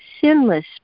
sinless